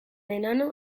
enano